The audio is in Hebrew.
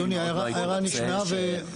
אדוני ההערה נשמעה.